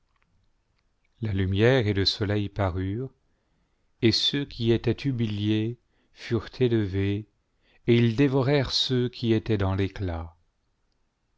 la lumière et le soleil parurent et ceux qui étaient humiliés furent élevés et ils dévorèrent ceux qui étaient dans l'éclat